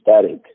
static